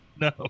No